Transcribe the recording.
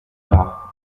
tard